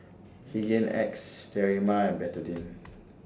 Hygin X Sterimar and Betadine